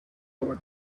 over